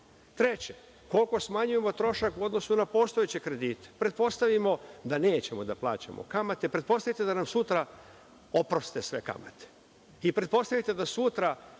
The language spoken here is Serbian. više. Treće, koliko smanjujemo trošak u odnosu na postojeće kredite? Pretpostavimo da nećemo da plaćamo kamate, pretpostavimo da nam sutra oproste sve kamate i pretpostavite da sutra